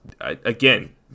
again